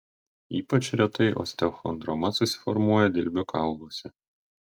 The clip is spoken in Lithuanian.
ypač retai osteochondroma susiformuoja dilbio kauluose